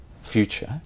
future